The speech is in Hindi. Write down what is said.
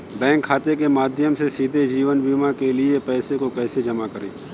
बैंक खाते के माध्यम से सीधे जीवन बीमा के लिए पैसे को कैसे जमा करें?